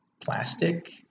plastic